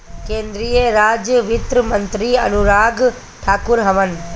केंद्रीय राज वित्त मंत्री अनुराग ठाकुर हवन